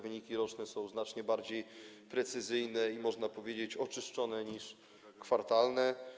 Wyniki roczne są znacznie bardziej precyzyjne i można powiedzieć, oczyszczone niż kwartalne.